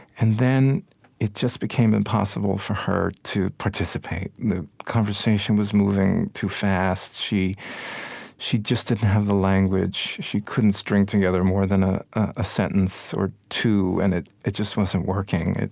and then it just became impossible for her to participate. the conversation was moving too fast. she she just didn't have the language. she couldn't string together more than a ah sentence or two, and it it just wasn't working.